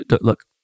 look